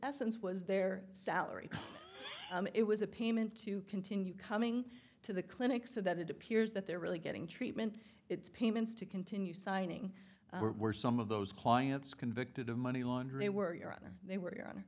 essence was their salary it was a payment to continue coming to the clinic so that it appears that they're really getting treatment it's payments to continue signing were some of those clients convicted of money laundry were your honor they were